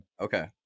Okay